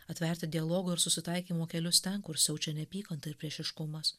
atverti dialogo ir susitaikymo kelius ten kur siaučia neapykanta ir priešiškumas